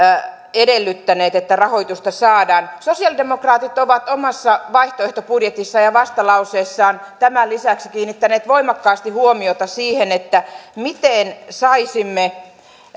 edellyttäneet että rahoitusta saadaan sosialidemokraatit ovat omassa vaihtoehtobudjetissaan ja vastalauseessaan tämän lisäksi kiinnittäneet voimakkaasti huomiota siihen miten saisimme